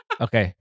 Okay